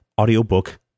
audiobook